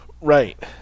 Right